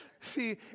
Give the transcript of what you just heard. See